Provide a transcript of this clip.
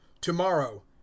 Tomorrow